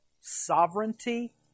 Sovereignty